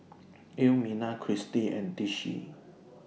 Elmina Christi and Tishie